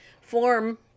form